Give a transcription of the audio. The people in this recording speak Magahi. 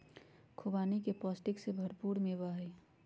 खुबानी पौष्टिक से भरपूर मेवा हई